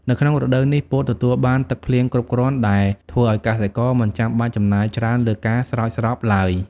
នៅក្នុងរដូវនេះ ពោតទទួលបាន ទឹកភ្លៀងគ្រប់គ្រាន់ ដែលធ្វើឱ្យកសិករមិនចាំបាច់ចំណាយច្រើនលើការស្រោចស្រពឡើយ។